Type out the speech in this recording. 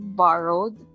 borrowed